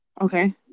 Okay